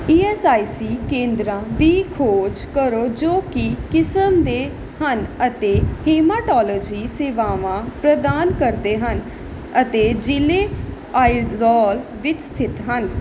E S I C ਕੇਂਦਰਾਂ ਦੀ ਖੋਜ ਕਰੋ ਜੋ ਕਿ ਕਿਸਮ ਦੇ ਹਨ ਅਤੇ ਹੇਮਾਟੋਲੋਜੀ ਸੇਵਾਵਾਂ ਪ੍ਰਦਾਨ ਕਰਦੇ ਹਨ ਅਤੇ ਜ਼ਿਲ੍ਹੇ ਆਈਜ਼ੌਲ ਵਿੱਚ ਸਥਿਤ ਹਨ